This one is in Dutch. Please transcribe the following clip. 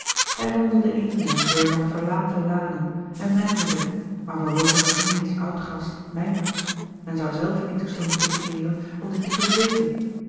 hij wandelde eenzaam door de nog verlaten lanen en mijmerde maar waarover een indisch oudgast mijmert men zou zelf in dien toestand moeten verkeeren om dit te kunnen weten